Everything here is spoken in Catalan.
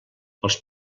els